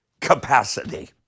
capacity